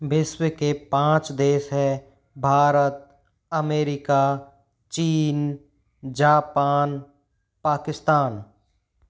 विश्व के पाँच देश है भारत अमेरिका चीन जापान पाकिस्तान